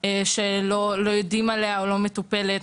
שלא יודעים עליה, או שלא מטופלת.